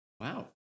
Wow